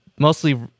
Mostly